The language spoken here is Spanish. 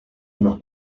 unos